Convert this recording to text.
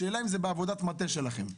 השאלה היא אם זה בעבודת המטה שלכם.